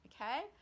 okay